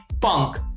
Punk